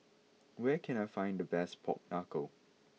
where can I find the best Pork Knuckle